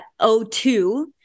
O2 –